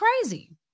crazy